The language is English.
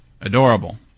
adorable